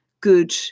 good